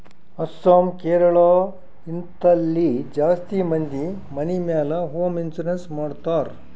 ಅಸ್ಸಾಂ, ಕೇರಳ, ಹಿಂತಲ್ಲಿ ಜಾಸ್ತಿ ಮಂದಿ ಮನಿ ಮ್ಯಾಲ ಹೋಂ ಇನ್ಸೂರೆನ್ಸ್ ಮಾಡ್ತಾರ್